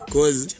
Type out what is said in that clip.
Cause